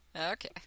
Okay